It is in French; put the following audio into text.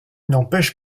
n’empêche